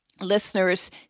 listeners